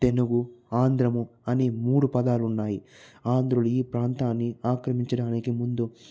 తెనుగు ఆంధ్రము అనే మూడు పదాలు ఉన్నాయి ఆంధ్రులు ఈ ప్రాంతాన్ని ఆక్రమించడానికి ముందు